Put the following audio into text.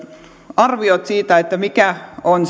arviot siitä mikä on